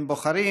הם בוחרים